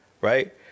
Right